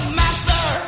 master